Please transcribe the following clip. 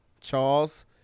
Charles